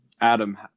Adam